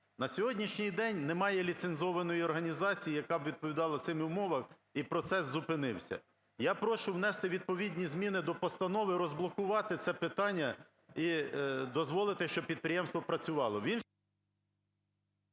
На сьогоднішній день немає ліцензованої організації, яка б відповідала цим умовам і процес зупинився. Я прошу внести відповідні зміни до постанови, розблокувати це питання і дозволити, щоб підприємство працювало.